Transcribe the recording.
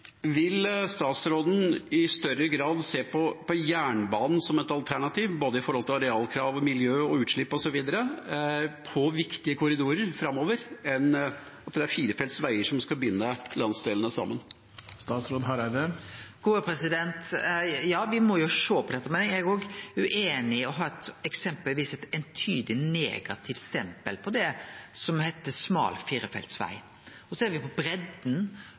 Vil statsråden framover i større grad se på jernbanen som et alternativ på viktige korridorer, både med tanke på arealkrav, miljø, utslipp osv., heller enn at det er firefelts veier som skal binde landsdelene sammen? Ja, me må jo sjå på dette, men eg er ueinig når ein eksempelvis set eit einsidig negativt stempel på det som heiter smal firefeltsveg. Ser me på breidda på to- og trefeltsveg opp mot breidda på